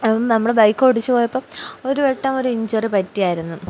അ നമ്മള് ബൈക്ക് ഓടിിച്ചച്ച് പോയപ്പം ഒരു വെട്ടം ഒരു ഇഞ്ചറ് പറ്റിയായിരുന്നു